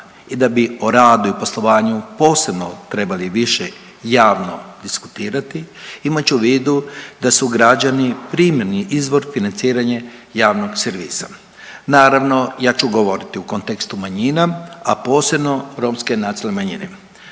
i da bi o radu i poslovanju posebno trebali više javno diskutirati imajući u vidu da su građani primarni izvor financiranje javnog servisa. Naravno ja ću govoriti u kontekstu manjina, a posebno romske nacionalne manjine.